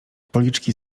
policzki